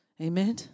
Amen